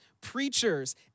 preachers